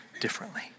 differently